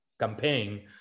campaign